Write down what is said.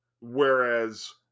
whereas